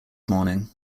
morning